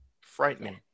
frightening